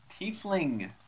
Tiefling